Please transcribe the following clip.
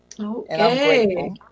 Okay